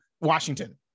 Washington